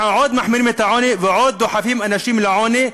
אנחנו עוד מחמירים את העוני ועוד דוחפים אנשים לעוני,